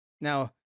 Now